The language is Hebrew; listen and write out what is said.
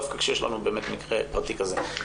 דווקא כשיש לנו באמת מקרה פרטי כזה.